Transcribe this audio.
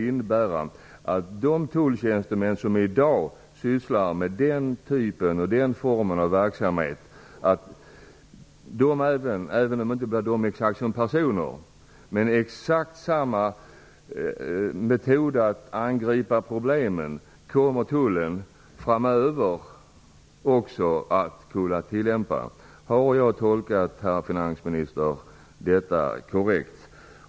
Skall tulltjänstemännen alltså kunna använda exakt samma metoder för att angripa problemen som i dag? Är detta att tolka finansministern korrekt?